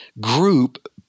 group